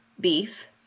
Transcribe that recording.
beef